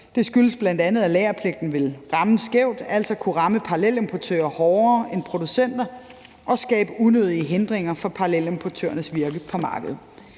Det skyldes bl.a., at lagerpligten ville ramme skævt, altså kunne ramme parallelimportører hårdere end producenter og skabe unødige hindringer for parallelimportørernes virke på markedet.